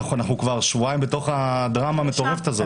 אנחנו כבר שבועיים בתוך הדרמה המטורפת הזאת,